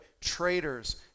traitors